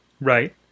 Right